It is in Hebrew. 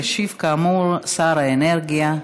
ישיב, כאמור, שר האנרגיה.